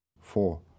four